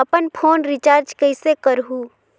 अपन phone recharge कइसे करहु?